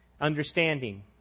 understanding